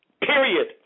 Period